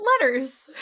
letters